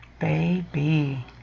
Baby